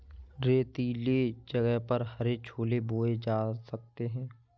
रेतीले जगह पर हरे छोले बोए जा सकते हैं